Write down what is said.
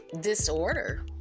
disorder